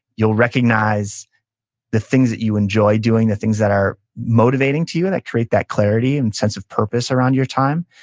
you'll recognize the things that you enjoy doing, the things that are motivating to you, and that create that clarity and sense of purpose around your time,